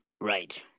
right